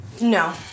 No